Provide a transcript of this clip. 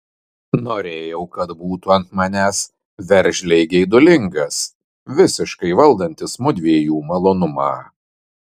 norėjau kad būtų ant manęs veržliai geidulingas visiškai valdantis mudviejų malonumą